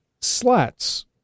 slats